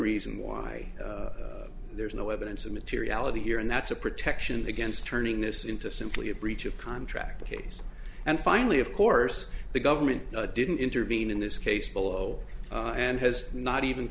reason why there's no evidence of materiality here and that's a protection against turning this into simply a breach of contract case and finally of course the government didn't intervene in this case below and has not even